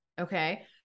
okay